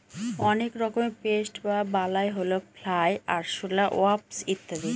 অনেক রকমের পেস্ট বা বালাই হল ফ্লাই, আরশলা, ওয়াস্প ইত্যাদি